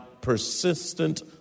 persistent